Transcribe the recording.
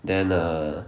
then err